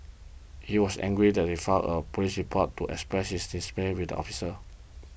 he was angry that he filed a police report to express the dismay with officers